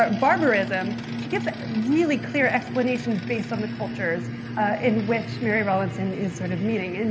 but barbarism, she gives really clear explanations based on the cultures in which mary rowlandson is sort of meeting. and